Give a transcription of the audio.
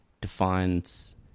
defines